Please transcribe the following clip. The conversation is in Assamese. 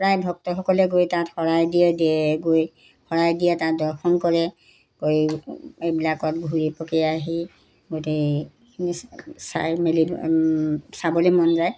প্ৰায় ভক্তসকলে গৈ তাত শৰাই দিয়ে দিয়ে গৈ শৰাই দিয়ে তাত দৰ্শন কৰে কৰি এইবিলাকত ঘূৰি পকি আহি গোটেইখিনি চাই মেলি চাবলৈ মন যায়